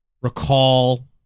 recall